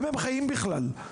אם הם בכלל חיים,